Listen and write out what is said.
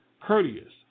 courteous